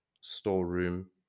storeroom